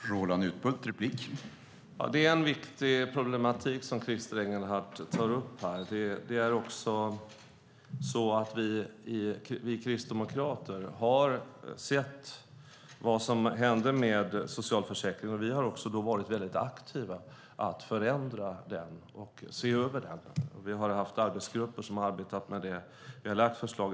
Herr talman! Det är en viktig problematik som Christer Engelhardt tar upp. Vi kristdemokrater har sett vad som hände med socialförsäkringen. Vi har varit väldigt aktiva med att förändra den och se över den. Vi har haft arbetsgrupper som arbetat med det. Vi har lagt fram förslag.